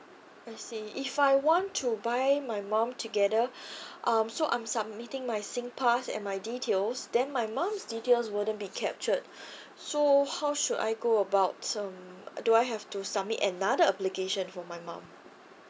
I see if I want to buy my mom together um so I'm submitting my singpass and my details then my mom's details wouldn't be captured so how should I go about so um do I have to submit another application for my mom